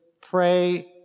pray